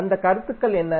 அந்த கருத்துக்கள் என்ன